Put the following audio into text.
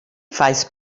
faes